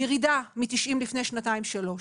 ירידה מ-90 לפני שנתיים-שלוש.